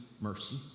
mercy